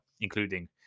including